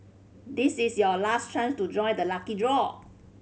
this is your last chance to join the lucky draw